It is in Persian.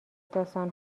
داستان